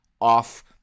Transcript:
off